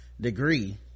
degree